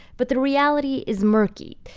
but the reality is murky.